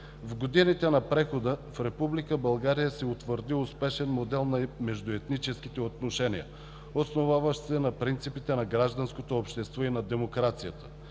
В годините на прехода в Република България се утвърди успешен модел в между етническите отношения, основаващ се на принципите на гражданското общество и на демокрацията.